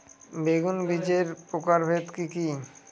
বেগুন বীজের প্রকারভেদ কি কী?